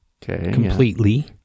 completely